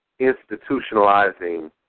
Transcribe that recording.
institutionalizing